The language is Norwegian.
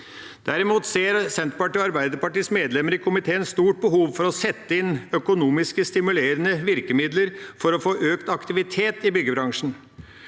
håndverker. Senterpartiets og Arbeiderpartiets medlemmer i komiteen ser et stort behov for å sette inn økonomiske, stimulerende virkemidler for å få økt aktivitet i byggebransjen.